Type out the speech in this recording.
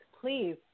please